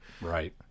right